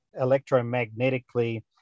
electromagnetically